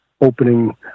opening